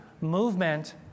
movement